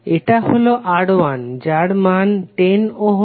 এটা হলো R1 যার মান 10 ওহম